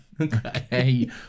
okay